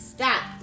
Stop